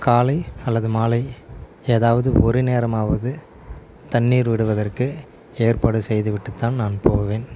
காலை அல்லது மாலை ஏதாவது ஒரு நேரமாவது தண்ணீர் விடுவதற்கு ஏற்பாடு செய்து விட்டு தான் நான் போவேன்